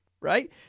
right